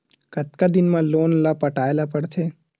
कतका दिन मा लोन ला पटाय ला पढ़ते?